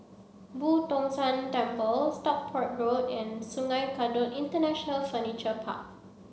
Boo Tong San Temple Stockport Road and Sungei Kadut International Furniture Park